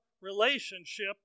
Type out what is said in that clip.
relationship